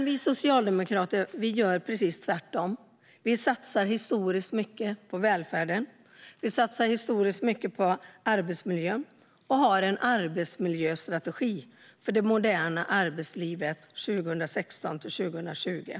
Vi socialdemokrater gör precis tvärtom. Vi satsar historiskt mycket på välfärden. Vi satsar historiskt mycket på arbetsmiljön och har en arbetsmiljöstrategi för det moderna arbetslivet 2016-2020.